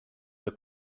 will